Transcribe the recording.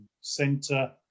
centre